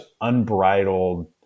unbridled